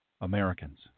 Americans